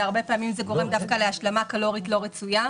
והרבה פעמים זה גורם דווקא להשלמה קלורית לא רצויה.